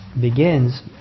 begins